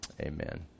amen